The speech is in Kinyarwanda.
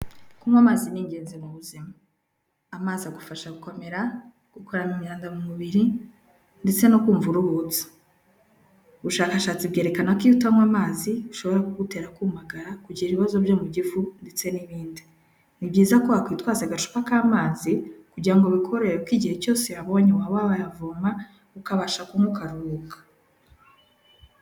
Kunywa amazi ni ingenzi mu buzima amazi agufasha gukomera, akavana imyanda mu mubiri, ndetse no kumva uruhutse. Ubushakashatsi bwerekana ko iyo utanywa amazishobora kugutera kumagara, kugira ibibazo byo mu gifu, ndetse n'ibindi. Ni byiza wakwitwaza agashupa k'amazi kugira bikorohere, kuko igihe cyose uyabonye waba wayavoma, ukabasha kunywa ukaruhuka.